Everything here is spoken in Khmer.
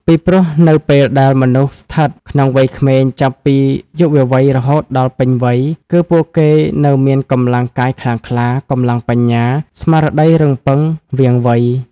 ពីព្រោះនៅពេលដែលមនុស្សស្ថិតក្នុងវ័យក្មេងចាប់ពីយុវវ័យរហូតដល់ពេញវ័យ គឺពួកគេនៅមានកម្លាំងកាយខ្លាំងក្លា កម្លាំងបញ្ញា ស្មារតីរឹងប៉ឹង វាងវៃ ។